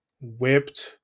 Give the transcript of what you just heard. whipped